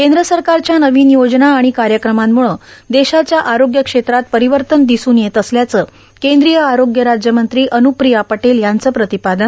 केंद्र सरकारच्या नवीन योजना आणि कार्यक्रमांम्रळं देशाच्या आरोग्य क्षेत्रात परिवर्तन दिसून येत असल्याचं केंद्रीय आरोग्य राज्यमंत्री अन्ग्रप्रिया पटेल यांचं प्रतिपादन